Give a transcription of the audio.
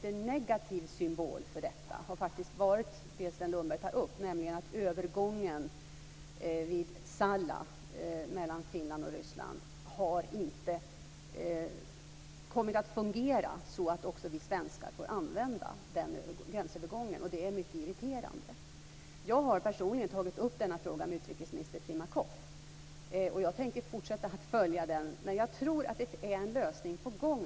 En negativ symbol för detta har faktiskt varit det som Sven Lundberg tar upp, nämligen att övergången vid Salla mellan Finland och Ryssland inte har fungerat så att också vi svenskar får använda den gränsövergången, och det är mycket irriterande. Jag har personligen tagit upp den här frågan med utrikesminister Primakov, och jag tänker fortsätta att följa den. Men jag tror att det nu är en lösning på gång.